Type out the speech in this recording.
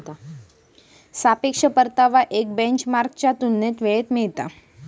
सापेक्ष परतावा एक बेंचमार्कच्या तुलनेत वेळेत मिळता